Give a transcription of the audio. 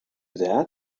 that